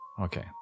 Okay